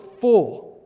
full